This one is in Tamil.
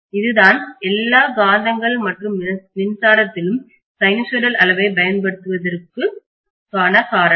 இதுதான் எல்லா காந்தங்கள் மற்றும் மின்சாரத்திலும் சைனூசாய்டல் அளவைப் பயன்படுத்துவதற்கான காரணம்